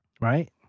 right